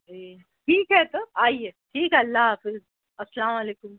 جی ٹھیک ہے تو آئیے ٹھیک ہے اللہ حافظ السلام علیکم